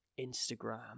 Instagram